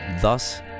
thus